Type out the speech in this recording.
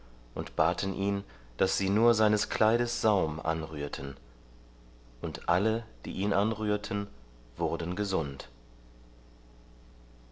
und baten ihn daß sie nur seines kleides saum anrührten und alle die ihn anrührten wurden gesund